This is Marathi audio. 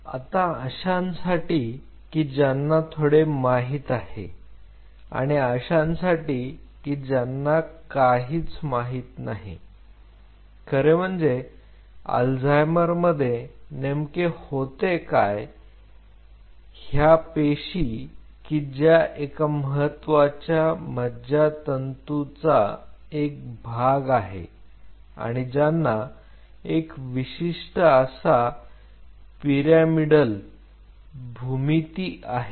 आता अशांसाठी की ज्यांना थोडे माहित आहे आणि अशांसाठी की ज्यांना काहीच माहित नाही खरे म्हणजे अल्झायमर मध्ये नेमके होते काय ह्या पेशी की ज्या एका महत्त्वाच्या मज्जातंतू चा एक भाग आहे आणि ज्यांना एक विशिष्ट असा पिरामिडल भूमिती आहे